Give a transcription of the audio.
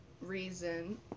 reason